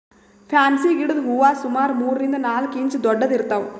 fancy ಗಿಡದ್ ಹೂವಾ ಸುಮಾರ್ ಮೂರರಿಂದ್ ನಾಲ್ಕ್ ಇಂಚ್ ದೊಡ್ಡದ್ ಇರ್ತವ್